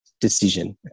decision